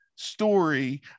story